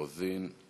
רוזין,